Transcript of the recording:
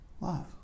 love